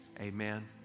Amen